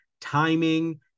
timing